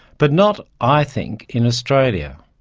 but not, i think, in australia.